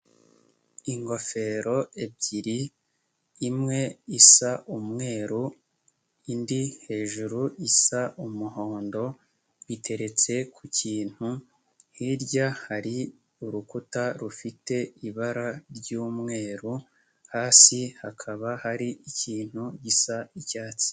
Ingofero ebyiri imwe isa umweru, indi hejuru isa umuhondo biteretse ku kintu, hirya hari urukuta rufite ibara ry'umweru, hasi hakaba hari ikintu gisa icyatsi.